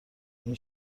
این